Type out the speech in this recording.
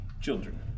children